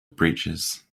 breeches